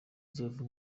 azava